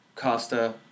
Costa